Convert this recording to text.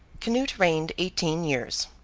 canute reigned eighteen years.